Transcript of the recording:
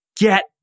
get